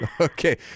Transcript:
Okay